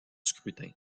scrutin